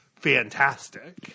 fantastic